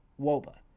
WOBA